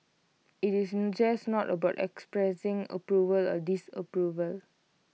IT is just no about expressing approval or disapproval